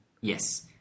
Yes